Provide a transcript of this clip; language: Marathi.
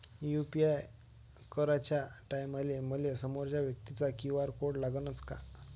यू.पी.आय कराच्या टायमाले मले समोरच्या व्यक्तीचा क्यू.आर कोड लागनच का?